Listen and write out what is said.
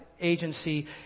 agency